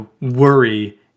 worry